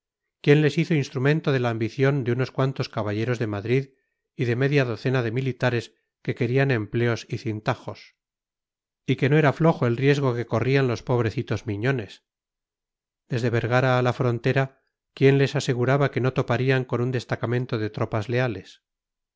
quién les hizo instrumento de la ambición de unos cuantos caballeros de madrid y de media docena de militares que querían empleos y cintajos y que no era flojo el riesgo que corrían los pobrecitos miñones desde vergara a la frontera quién les aseguraba que no toparían con un destacamento de tropas leales